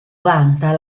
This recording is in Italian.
vanta